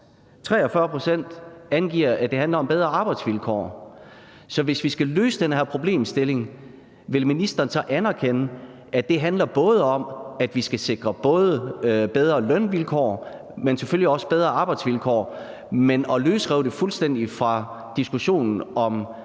43 pct. angiver, at det handler om bedre arbejdsvilkår. Hvis vi skal løse den her problemstilling, vil ministeren så anerkende, at det handler om, at vi skal sikre både bedre lønvilkår, men selvfølgelig også bedre arbejdsvilkår? Men at løsrive det fuldstændig fra diskussionen om